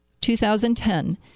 2010